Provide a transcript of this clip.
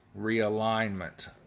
realignment